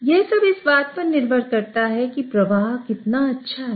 यह सब इस बात पर निर्भर करता है कि प्रवाह कितना अच्छा है